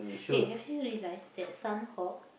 eh have you realise that Sanhok